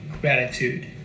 gratitude